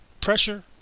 pressure